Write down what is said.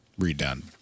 Redone